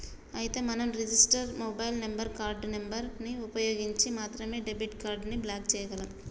అయితే మనం register mobile number card number ని ఉపయోగించి మాత్రమే డెబిట్ కార్డు ని బ్లాక్ చేయగలం